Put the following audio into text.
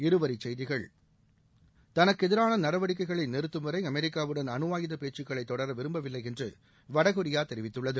இருவரிச் செய்திகள் தனக்கு எதிரான நடவடிக்கைகளை நிறுத்தும் வரை அமெரிக்காவுடன் அனு ஆயுத பேச்சுக்களைத் தொடர விரும்பவில்லை என்று வடகொரியா தெரிவித்துள்ளது